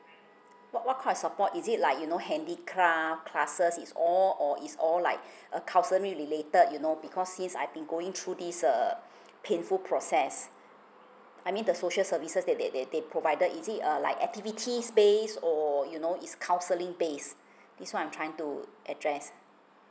what what kind of support is it like you know handicraft classes is all or is all like a counselling related you know because since I've been going through this err painful process I mean the social services that they they provided is it uh like activities based or you know it's counselling based this what I'm trying to address